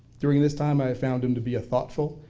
during this time i found him to be a thoughtful,